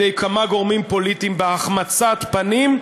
על-ידי כמה גורמים פוליטיים בהחמצת פנים.